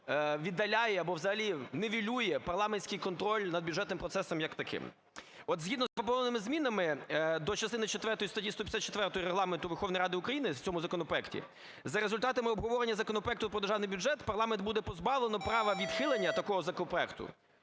віддаляє або взагалі нівелює парламентський контроль над бюджетним процесом як таким. От згідно з запропонованими змінами до частини четвертої статті 154 Регламенту Верховної Ради України в цьому законопроекті за результатами обговорення законопроекту про Державний бюджет парламент буде позбавлено права відхилення такого законопроекту